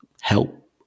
help